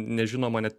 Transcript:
nežinoma net